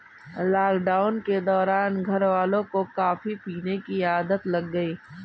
lockdown के दौरान घरवालों को कॉफी पीने की आदत लग गई